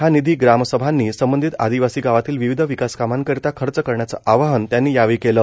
हा निधी ग्रामसभांनी संबंधित आदिवासी गावांतील विविध विकास कामांकरिता खर्च करण्याचं आवाहन त्यांनी यावेळी केलं